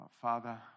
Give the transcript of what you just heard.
Father